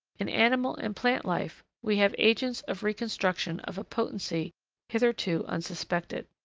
in animal and plant life, we have agents of reconstruction of a potency hitherto unsuspected.